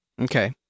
Okay